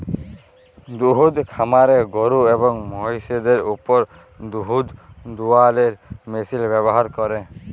দুহুদ খামারে গরু এবং মহিষদের উপর দুহুদ দুয়ালোর মেশিল ব্যাভার ক্যরে